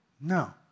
No